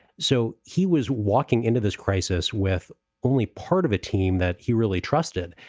so he was walking into this crisis with only part of a team that he really trusted.